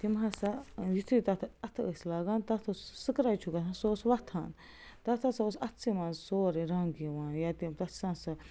تِمہِ ہَسا یُتھٕے تَتھ اَتھٕ ٲسۍ لاگان تَتھ اوس سکرچ ہیٚو گَژھان سُہ اوس وَتھان تَتھ ہَسا اوس اَتھسٕے منٛز سورٕے رنٛگ یِوان یا تٔمۍ تَتھ چھِ آسان سُہ